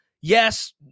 yes